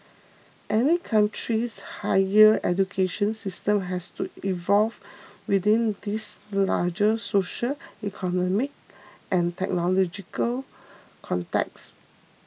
any country's higher education system has to evolve within these larger social economic and technological contexts